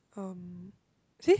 um